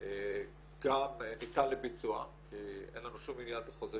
גם ניתן לביצוע, כי אין לנו שום עניין בחוזר